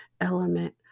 element